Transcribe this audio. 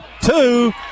two